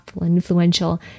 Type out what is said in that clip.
influential